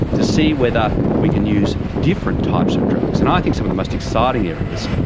to see whether we can use different types of drugs. and i think some of the most exciting areas,